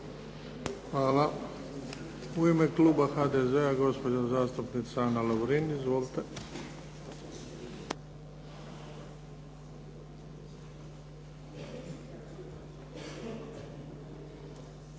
Hvala. U ime kluba HDZ-a gospođa zastupnica Ana Lovrin. Izvolite.